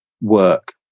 work